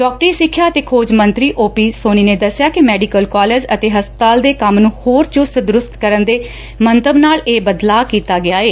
ਡਾਕਟਰੀ ਸਿੱਖਿਆ ਅਤੇ ਖੋਜ ਮੰਤਰੀ ਓਪੀ ਸੋਨੀ ਨੇ ਦਸਿਆ ਕਿ ਮੈਡੀਕਲ ਕਾਲਜ ਅਤੇ ਹਸਪਤਾਲ ਦੇ ਕੰਮ ਨੂੰ ਹੋਰ ਚੁਸਤ ਦਰੁਸਤ ਕਰਨ ਦੇ ਮੰਤਵ ਨਾਲ ਇਹ ਬਦਲਾਅ ਕੀਤਾ ਗਿਐ